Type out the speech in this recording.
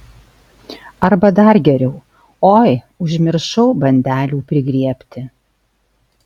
arba dar geriau oi užmiršau bandelių prigriebti